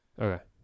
Okay